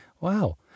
wow